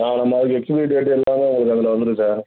ஆ அந்த மாதிரி expiry date எல்லாமே உங்களுக்கு அதில் வந்துடும் சார்